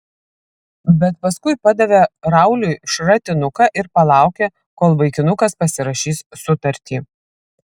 bet paskui padavė rauliui šratinuką ir palaukė kol vaikinukas pasirašys sutartį